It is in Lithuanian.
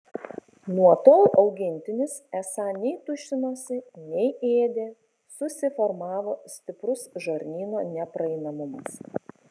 nuo tol augintinis esą nei tuštinosi nei ėdė susiformavo stiprus žarnyno nepraeinamumas